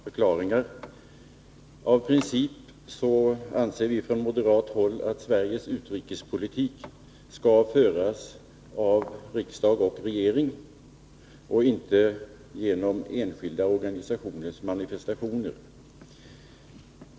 Herr talman! Två korta förklaringar: Av princip anser vi från moderat håll att Sveriges utrikespolitik skall föras av riksdag och regering och inte genom enskilda organisationers manifestationer.